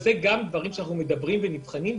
אלו דברים שנבחנים.